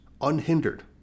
unhindered